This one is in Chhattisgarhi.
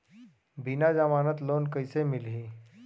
बिना जमानत लोन कइसे मिलही?